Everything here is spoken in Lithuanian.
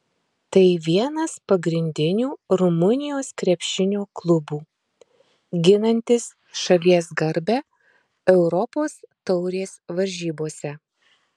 tai vienas pagrindinių rumunijos krepšinio klubų ginantis šalies garbę europos taurės varžybose